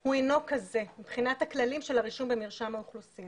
הוא אינו כזה מבחינת הכללים של הרישום במרשם האוכלוסין